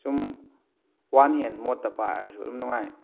ꯁꯨꯝ ꯋꯥꯟ ꯍꯦꯟ ꯃꯣꯠꯇ ꯄꯥꯏꯔꯁꯨ ꯑꯗꯨꯝ ꯅꯨꯡꯉꯥꯏ